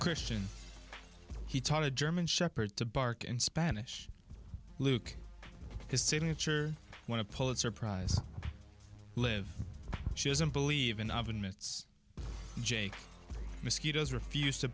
christian he told a german shepherd to bark in spanish luke his signature won a pulitzer prize live she doesn't believe in oven mitts jake mosquitoes refused to